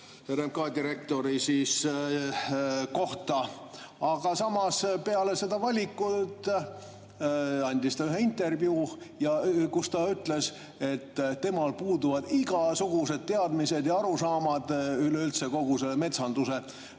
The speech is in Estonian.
RMK direktorile, aga samas peale seda valikut andis ta ühe intervjuu, kus ta ütles, et temal puuduvad igasugused teadmised ja arusaamad üleüldse kogu metsanduse